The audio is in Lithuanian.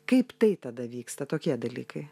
kaip tai tada vyksta tokie dalykai